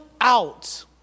out